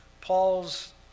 Paul's